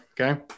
Okay